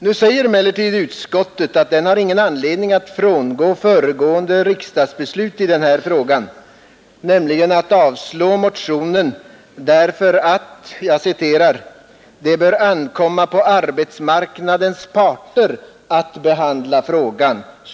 Nu skriver utskottet att utskottet inte har någon anledning att frångå föregående riksdagsbeslut i denna fråga, alltså att avslå motionen, därför att ”det bör ankomma på arbetsmarknadens parter att behandla frågan”.